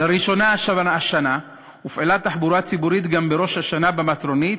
לראשונה השנה הופעלה תחבורה ציבורית גם בראש השנה במטרונית,